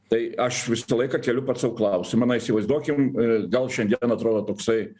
tai aš visą laiką keliu pats sau klausimą na įsivaizduokim gal šiandien atrodo toksai